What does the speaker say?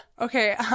Okay